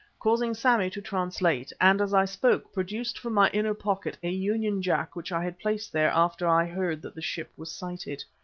causing sammy to translate, and as i spoke, produced from my inner pocket a union jack which i had placed there after i heard that the ship was sighted.